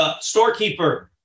storekeeper